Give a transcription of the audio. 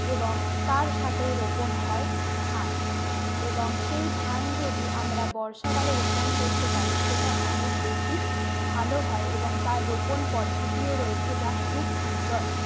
এবং তার সাথেই রোপণ হয় ধান এবং সেই ধান যদি আমরা বর্ষাকালে রোপণ করতে পারি সেটা অনেক বেশি ভালো হয় এবং তার রোপণ পদ্ধতিও রয়েছে যা খুব সুন্দর